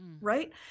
right